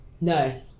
no